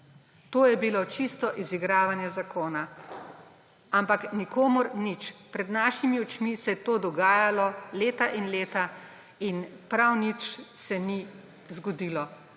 To je bilo čisto izigravanje zakona. Ampak nikomur nič. Pred našimi očmi se je to dogajalo leta in leta in prav nič se ni zgodilo.